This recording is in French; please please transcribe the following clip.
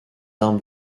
armes